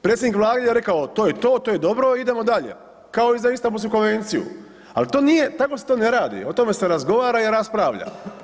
Predsjednik vlade je rekao to je to, to je dobro, idemo dalje, kao i za Istambulsku konvenciju, al to nije, tako se to ne radi, o tome se razgovara i raspravlja.